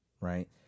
right